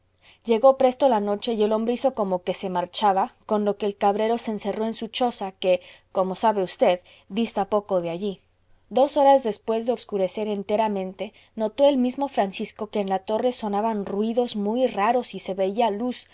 llegó presto la noche y el hombre hizo como que se marchaba con lo que el cabrero se encerró en su choza que como sabe usted dista poco de allí dos horas después de obscurecer enteramente notó el mismo francisco que en la torre sonaban ruidos muy raros y se veía luz